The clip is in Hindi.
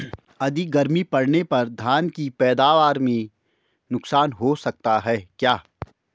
अधिक गर्मी पड़ने पर धान की पैदावार में नुकसान हो सकता है क्या?